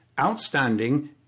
outstanding